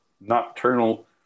nocturnal